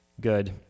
good